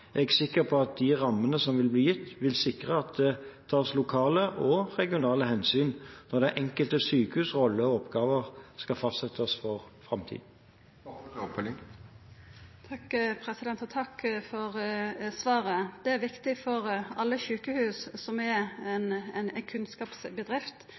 er jeg sikker på at de rammene som vil bli gitt, vil sikre at det tas lokale og regionale hensyn når de enkelte sykehusenes rolle og oppgaver skal fastsettes for framtiden. Takk for svaret. Det er viktig for alle sjukehus, som er